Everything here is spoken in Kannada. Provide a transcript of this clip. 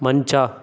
ಮಂಚ